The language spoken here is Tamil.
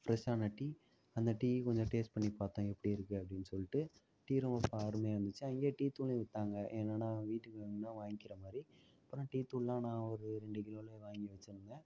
ஃபிரஷ்ஷான டீ அந்த டீயை கொஞ்சம் டேஸ்ட் பண்ணிப் பார்த்தேன் எப்படி இருக்குது அப்படினு சொல்லிட்டு டீ ரொம்ப அருமையாக இருந்துச்சு அங்கே டீத்தூளும் வித்தாங்கள் என்னென்னா வீட்டுக்கு வேணும்ணா வாங்கிக்கிறமாதிரி அப்புறம் டீத்தூள்னால் நான் ஒரு ரெண்டுகிலோவில வாங்கி வச்சிருந்தேன்